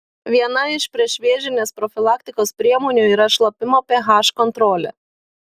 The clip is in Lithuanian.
viena iš priešvėžinės profilaktikos priemonių yra šlapimo ph kontrolė